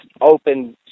open